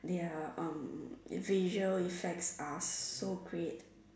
their um visual effects are so great